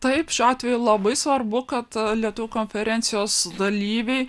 taip šiuo atveju labai svarbu kad lietuvių konferencijos dalyviai